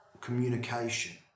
communication